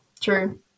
True